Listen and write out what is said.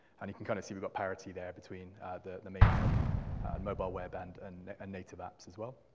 and you can kind of see we've got parity there between the the main web and mobile web and and native apps as well.